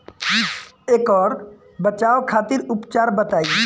ऐकर बचाव खातिर उपचार बताई?